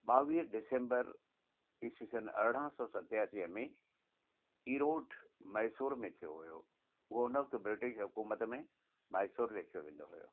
ॿावीह डिसैंबर इसवीअ सन अरिड़हां सौ सतासीअ में ईरोड मैसूर में थियो हुयो उहो हुन वक़्तु ब्रिटीश हुकुमत में माइसूल लेखियो वेंदो हुयो